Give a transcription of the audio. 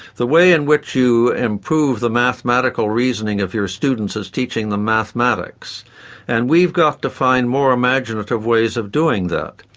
the way in which you improved the mathematical reasoning of your students is teaching them mathematics and we've got to find more imaginative ways of doing that.